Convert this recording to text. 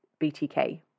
BTK